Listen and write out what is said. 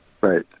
Right